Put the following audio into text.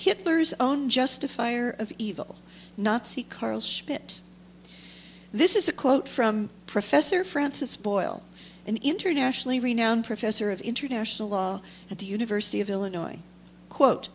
hitler's own justifier of evil nazi carl schmidt this is a quote from professor francis boyle an internationally renowned professor of international law at the university of illinois quote